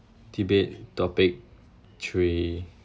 debate topic three